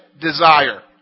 desire